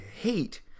hate